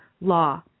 law